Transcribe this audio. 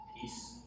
peace